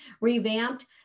revamped